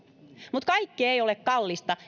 mutta kaikki ei ole kallista